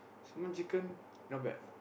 sambal chicken not bad